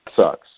sucks